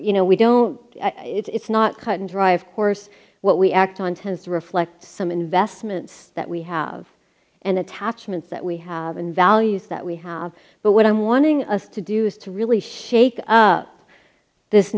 you know we don't it's not cut and dry of course what we act on tends to reflect some investments that we have and attachments that we have and values that we have but what i'm wanting us to do is to really shake up this